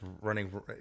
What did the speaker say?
running